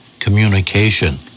communication